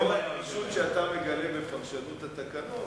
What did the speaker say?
לאור הגמישות שאתה מגלה בפרשנות התקנון,